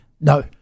No